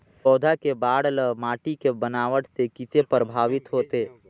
पौधा के बाढ़ ल माटी के बनावट से किसे प्रभावित होथे?